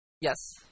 Yes